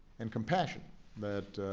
and compassion that